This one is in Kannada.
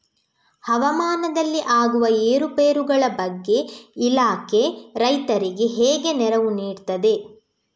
ಹವಾಮಾನದಲ್ಲಿ ಆಗುವ ಏರುಪೇರುಗಳ ಬಗ್ಗೆ ಇಲಾಖೆ ರೈತರಿಗೆ ಹೇಗೆ ನೆರವು ನೀಡ್ತದೆ?